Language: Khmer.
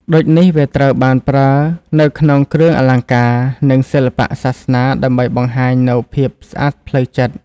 ដូចនេះវាត្រូវបានប្រើនៅក្នុងគ្រឿងអលង្ការនិងសិល្បៈសាសនា ដើម្បីបង្ហាញនូវភាពស្អាតផ្លូវចិត្ត។